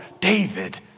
David